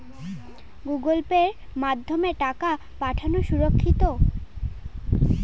Google পের মাধ্যমে টাকা পাঠানোকে সুরক্ষিত?